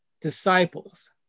Disciples